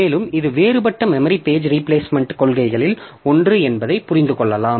மேலும் இது வேறுபட்ட மெமரி பேஜ் ரீபிளேஸ்மெண்ட்க் கொள்கைகளில் ஒன்று என்பதை புரிந்து கொள்ளலாம்